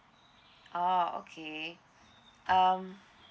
orh okay um